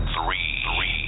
Three